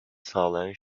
sağlayan